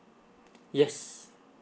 yes